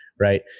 Right